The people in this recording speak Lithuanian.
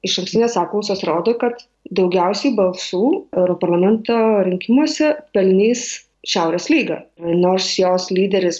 išankstinės apklausos rodo kad daugiausiai balsų europarlamento rinkimuose pelnys šiaurės lyga nors jos lyderis